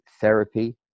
therapy